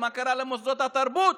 מה קרה למוסדות התרבות,